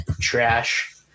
trash